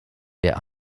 der